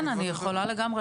כן, לגמרי, אני יכולה לפרט.